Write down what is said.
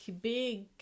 big